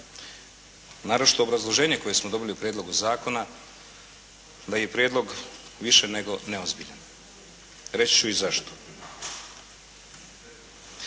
naročito obrazloženje koje smo dobili u Prijedlogu zakona da je Prijedlog više nego neozbiljan. Reći ću i zašto.